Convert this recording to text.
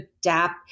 adapt